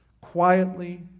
quietly